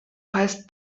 heißt